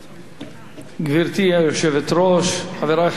גברתי היושבת-ראש, חברי חברי הכנסת,